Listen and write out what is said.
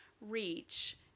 reach